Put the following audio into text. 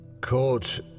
Caught